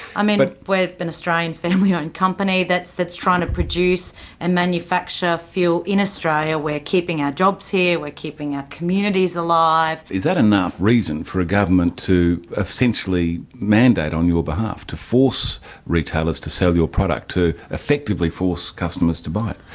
um and we are an australian family-owned company that is trying to produce and manufacture fuel in australia. we are keeping our jobs here. we are keeping our ah communities alive. is that enough reason for a government to essentially mandate on your behalf, to force retailers to sell your product, to effectively force customers to buy it?